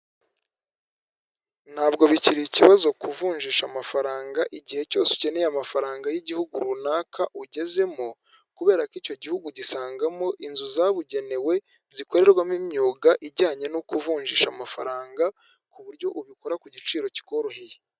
Ntabwo bikiri ikibazo kuvunjisha amafaranga, igihe cyose ukeneye amafaranga y'igihugu runaka ugezemo, kubera ko icyo gihugu ugisangamo inzu zabugenewe zikorerwamo imyuga ijyanye no kuvunjisha amafaranga ku buryo ubikora ku giciro kikoroheye.